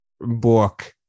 book